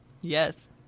yes